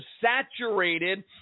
saturated